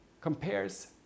compares